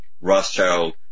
Rothschild